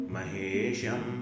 Mahesham